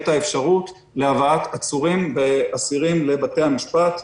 את האפשרות להבאת עצורים ואסירים לבתי המשפט.